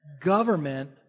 Government